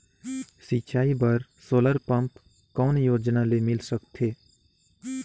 सिंचाई बर solar pump कौन योजना ले मिल सकथे?